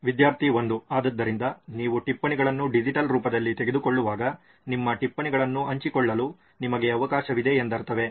ವಿದ್ಯಾರ್ಥಿ 1 ಆದ್ದರಿಂದ ನೀವು ಟಿಪ್ಪಣಿಗಳನ್ನು ಡಿಜಿಟಲ್ ರೂಪದಲ್ಲಿ ತೆಗೆದುಕೊಳ್ಳುವಾಗ ನಿಮ್ಮ ಟಿಪ್ಪಣಿಗಳನ್ನು ಹಂಚಿಕೊಳ್ಳಲು ನಿಮಗೆ ಅವಕಾಶವಿದೆ ಎಂದರ್ಥವೇ